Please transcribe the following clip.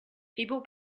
people